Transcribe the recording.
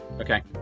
Okay